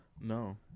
No